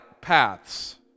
paths